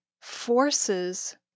forces